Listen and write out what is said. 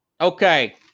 Okay